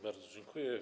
Bardzo dziękuję.